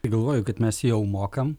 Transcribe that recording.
galvoju kad mes jau mokam